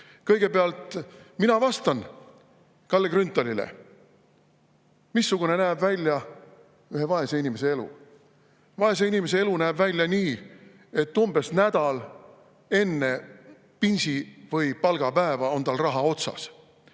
Kõigepealt ma vastan Kalle Grünthalile, missugune näeb välja ühe vaese inimese elu. Vaese inimese elu näeb välja nii, et umbes nädal enne pensi- või palgapäeva on tal raha otsas.